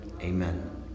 Amen